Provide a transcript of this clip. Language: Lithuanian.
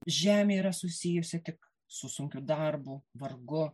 žemė yra susijusi tik su sunkiu darbu vargu